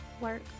work